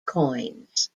coins